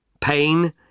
pain